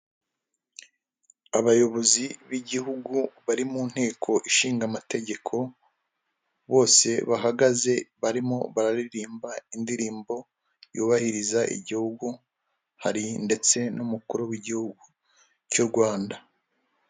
Abayobozi b'igihugu bari mu nteko ishinga amategeko, bose bahagaze barimo bararimba indirimbo yubahiriza igihugu, hari ndetse n'umukuru w'igihugu cy'u Rwanda.